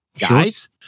Guys